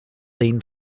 seen